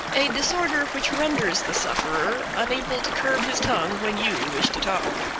a disorder which renders the sufferer unable to curb his tongue when you wish to talk.